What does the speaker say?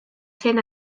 zen